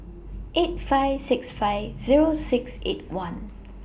eight five six five Zero six eight one